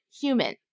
human